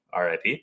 RIP